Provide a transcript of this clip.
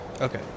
Okay